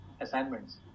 assignments